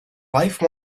life